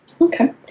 Okay